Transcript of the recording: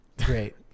Great